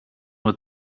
nur